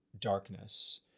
darkness